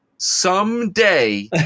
someday